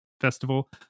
festival